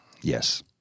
yes